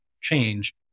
change